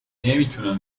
نمیتونم